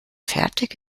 fertig